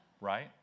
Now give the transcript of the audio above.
right